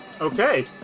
Okay